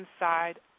inside